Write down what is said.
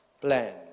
plan